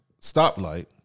stoplight